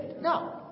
No